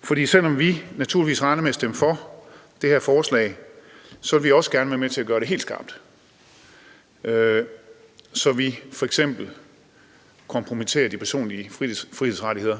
For selv om vi naturligvis regner med at stemme for det her forslag, vil vi også gerne være med til at gøre det helt skarpt, så vi f.eks. kompromitterer de personlige frihedsrettigheder